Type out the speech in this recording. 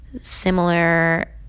similar